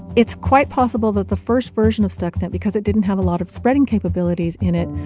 it's quite possible that the first version of stuxnet, because it didn't have a lot of spreading capabilities in it,